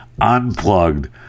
unplugged